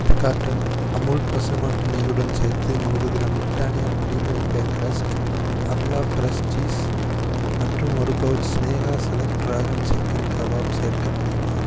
பத்து கார்ட்டன் அமுல் பசுமாட்டு நெய்யுடன் சேர்த்து நூறு gram Britannia premium bake rusk Arla fresh cheese மற்றும் ஒரு pouch Sneha select dragon chicken kebab சேர்க்க முடியுமா